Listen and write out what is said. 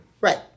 Right